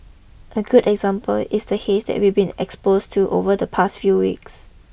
a good example is the haze that we've been exposed to over the past few weeks